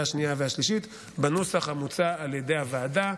השנייה והשלישית בנוסח המוצע על ידי הוועדה.